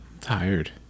Tired